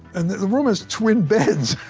and the room is twin beds!